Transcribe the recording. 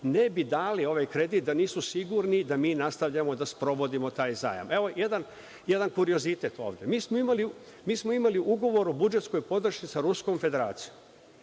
ne bi dali ovaj kredit da nisu sigurni da mi nastavljamo da sprovodimo taj zajam. Evo, jedan kuriozitet ovde. Mi smo imali ugovor o budžetskoj podršci sa Ruskom Federacijom